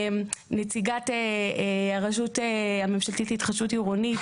נציגת הרשות הממשלתית להתחדשות עירונית,